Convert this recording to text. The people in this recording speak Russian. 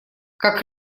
как